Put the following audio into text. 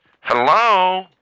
Hello